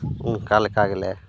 ᱚᱱᱠᱟ ᱞᱮᱠᱟ ᱜᱮᱞᱮ